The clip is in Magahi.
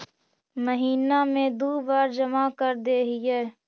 महिना मे दु बार जमा करदेहिय?